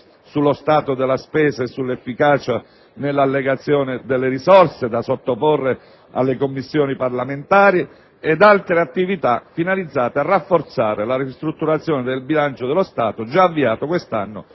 sullo stato della spesa e sull'efficacia nell'allocazione delle risorse da sottoporre alle Commissioni parlamentari ed altre attività finalizzate a rafforzare la ristrutturazione del bilancio dello Stato (già avviato quest'anno